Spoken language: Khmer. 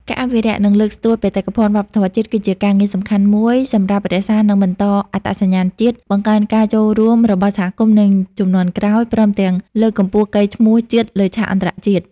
ការអភិរក្ស និងលើកស្ទួយបេតិកភណ្ឌវប្បធម៌ជាតិ គឺជាការងារសំខាន់មួយសម្រាប់រក្សា និងបន្តអត្តសញ្ញាណជាតិ បង្កើនការចូលរួមរបស់សហគមន៍ និងជំនាន់ក្រោយ ព្រមទាំងលើក កម្ពស់កេរ្តិ៍ឈ្មោះជាតិលើឆាកអន្តរជាតិ។